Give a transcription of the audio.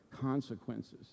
consequences